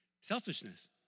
Selfishness